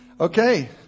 Okay